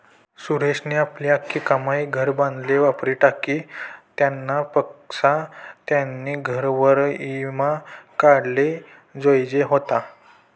सुरेशनी आपली आख्खी कमाई घर बांधाले वापरी टाकी, त्यानापक्सा त्यानी घरवर ईमा काढाले जोयजे व्हता